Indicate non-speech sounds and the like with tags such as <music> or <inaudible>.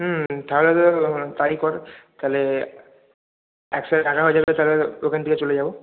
হুম তাহলে <unintelligible> তাই কর তাহলে একসাথে দেখা হয়ে যাবে তাহলে ওখান থেকে চলে যাব